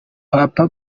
papa